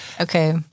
Okay